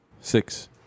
six